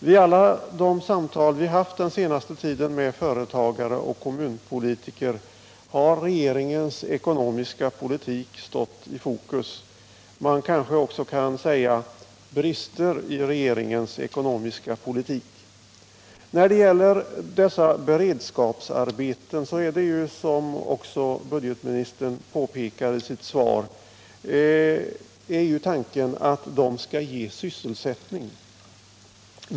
Vid alla de samtal vi har haft den senaste tiden med företagare och kommunpolitiker har regeringens ekonomiska politik stått i fokus — man kanske också kan säga brister i regeringens ekonomiska politik. När det gäller dessa beredskapsarbeten är, som även budgetministern påpekar i sitt svar, tanken att de skall ge sysselsättning.